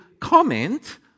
comment